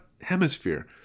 hemisphere